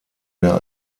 der